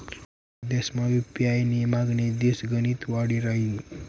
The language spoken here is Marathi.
परदेसमा यु.पी.आय नी मागणी दिसगणिक वाडी रहायनी